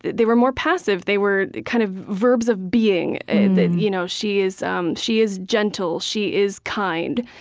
they were more passive. they were kind of verbs of being and and you know she is um she is gentle. she is kind.